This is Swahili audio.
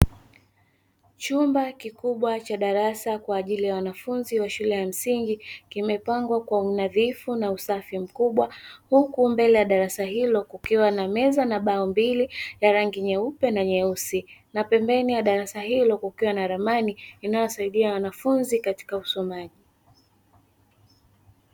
Chumba kikubwa cha darasa kwa ajili ya wanafunzi wa shule ya msingi, kiemepangwa kwa unadhifu na usafi mkubwa huku mbele ya darasa hilo, kukiwa na meza na bao mbili la rangi nyeupe na nyeusi, na pembeni ya darasa hilo kukiwa na ramani inayosaidia wanafunzi katika usomaji.